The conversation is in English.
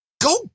go